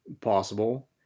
possible